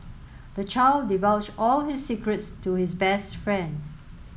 the child divulged all his secrets to his best friend